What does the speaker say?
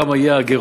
כמה יהיה הגירעון.